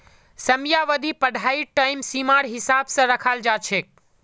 समयावधि पढ़ाईर टाइम सीमार हिसाब स रखाल जा छेक